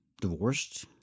divorced